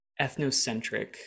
ethnocentric